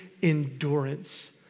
endurance